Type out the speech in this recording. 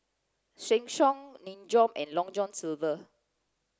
Sheng Siong Nin Jiom and Long John Silver